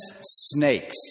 snakes